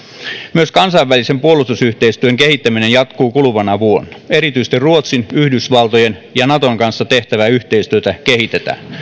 myös kansainvälisen puolustusyhteistyön kehittäminen jatkuu kuluvana vuonna erityisesti ruotsin yhdysvaltojen ja naton kanssa tehtävää yhteistyötä kehitetään